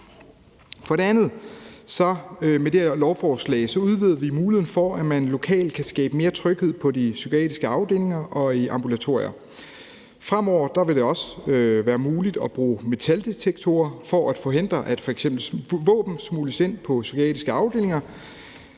vi med det her lovforslag muligheden for, at man lokalt kan skabe mere tryghed på de psykiatriske afdelinger og i ambulatorier. Fremover vil det også være muligt at bruge metaldetektorer for at forhindre, at f.eks. våben smugles ind på psykiatriske afdelinger.